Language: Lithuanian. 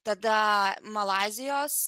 tada malaizijos